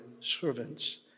servants